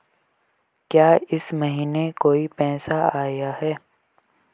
क्या इस महीने कोई पैसा आया है?